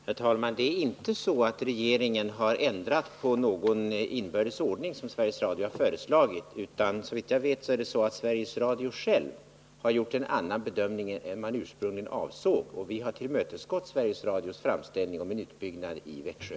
Herr talman! Det är inte så att regeringen har ändrat på någon inbördes ordning som Sveriges Radio föreslagit, utan såvitt jag vet är det så att Sveriges Radio själv har gjort en annan bedömning än man ursprungligen avsåg. Vi har tillmötesgått Sveriges Radios framställning om en utbyggnad i Växjö.